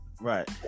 right